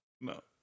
No